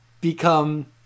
Become